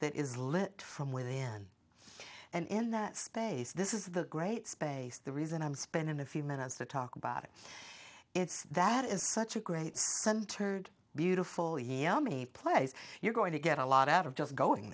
that is lit from within and in that space this is the great space the reason i'm spending a few minutes to talk about it if that is such a great turd beautiful yummy place you're going to get a lot out of just going